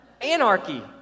anarchy